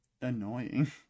annoying